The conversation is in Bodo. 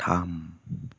थाम